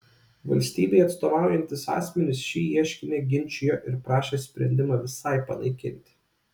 valstybei atstovaujantys asmenys šį ieškinį ginčijo ir prašė sprendimą visai panaikinti